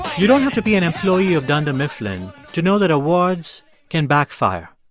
you don't have to be an employee of dunder mifflin to know that awards can backfire.